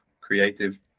creative